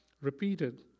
repeated